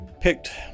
picked